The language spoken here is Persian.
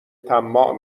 طماع